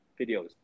videos